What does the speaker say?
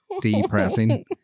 depressing